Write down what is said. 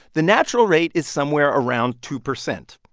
the natural rate is somewhere around two percent.